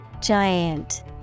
giant